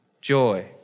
joy